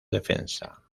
defensa